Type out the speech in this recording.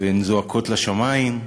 והן זועקות לשמים,